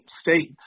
states